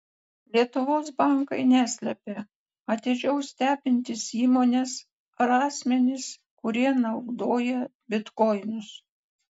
lietuvos bankai neslepia atidžiau stebintys įmones ar asmenis kurie naudoja bitkoinus